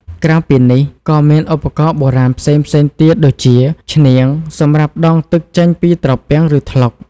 ក្រៅពីនេះ ក៏មានឧបករណ៍បុរាណផ្សេងៗទៀតដូចជា ឈ្នាង សម្រាប់ដងទឹកចេញពីត្រពាំង ឬថ្លុក។